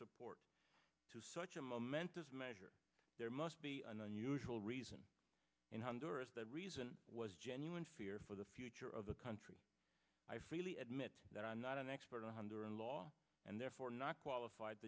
support to such a momentous measure there must be an unusual reason in honduras that reason was genuine fear for the future of the country i freely admit that i'm not an expert on wonder and law and therefore not qualified